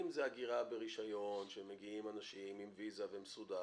אם זו הגירה ברישיון שמגיעים אנשים עם ויזה ומסודר,